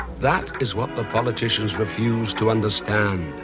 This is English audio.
that is what the politicians refuse to understand.